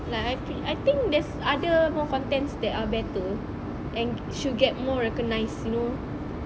like I think I think there's other more contents that are better and should get more recognized you know